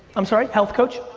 i'm sorry, health coach?